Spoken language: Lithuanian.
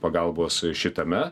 pagalbos šitame